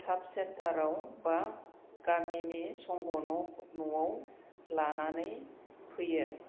साबसेन्टाराव एबा गामिनि संग' न'आव लानानै फैयो